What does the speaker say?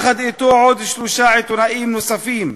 יחד אתו, שלושה עיתונאים נוספים.